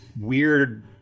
weird